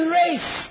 race